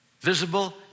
visible